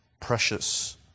precious